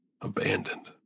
abandoned